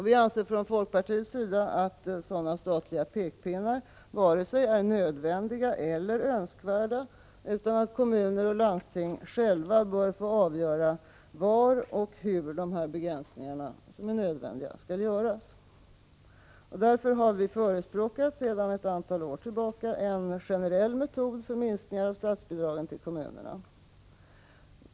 Vi anser från folkpartiets sida att sådana statliga pekpinnar varken är nödvändiga eller önskvärda, utan att kommuner och landsting själva bör få avgöra var och hur de begränsningar som är nödvändiga skall göras. Därför har vi sedan ett antal år förespråkat en generell metod för minskning av statsbidragen till kommunerna.